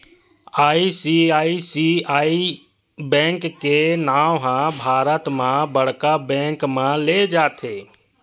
ICICI bank के नांव ह भारत म बड़का बेंक म लेय जाथे